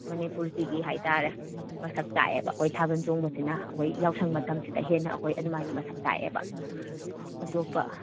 ꯃꯅꯤꯄꯨꯔꯁꯤꯒꯤ ꯍꯥꯏꯇꯥꯔꯦ ꯃꯁꯛ ꯇꯥꯛꯑꯦꯕ ꯑꯩꯈꯣꯏ ꯊꯥꯕꯜ ꯆꯣꯡꯕꯁꯤꯅ ꯑꯩꯈꯣꯏ ꯌꯥꯎꯁꯪ ꯃꯇꯝꯁꯤꯗ ꯍꯦꯟꯅ ꯑꯩꯈꯣꯏ ꯑꯗꯨꯃꯥꯏꯅ ꯃꯁꯛ ꯇꯥꯛꯑꯦꯕ ꯑꯇꯣꯞꯄ